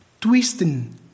Twisting